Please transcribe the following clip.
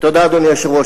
תודה, אדוני היושב-ראש.